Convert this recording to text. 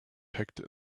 packed